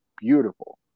beautiful